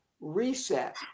reset